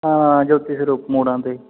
ਜੋਤੀ ਸਰੂਪ ਮੋੜਾਂ 'ਤੇ